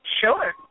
Sure